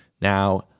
Now